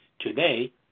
today